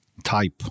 type